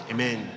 Amen